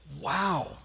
Wow